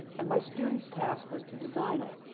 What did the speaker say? and my student's task was to design it.